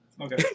Okay